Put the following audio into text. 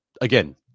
again